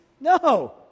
No